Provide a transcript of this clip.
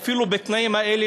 ואפילו בתנאים האלה,